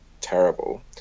terrible